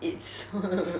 it's